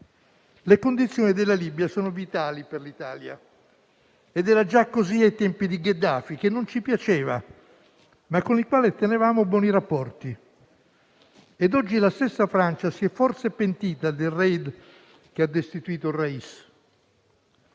Le condizioni della Libia sono vitali per l'Italia ed era già così ai tempi di Gheddafi, che non ci piaceva ma con il quale tenevamo buoni rapporti. Oggi la stessa Francia si è forse pentita del *raid* che ha destituito il *ràis*.